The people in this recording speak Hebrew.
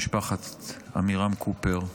למשפחת עמירם קופר,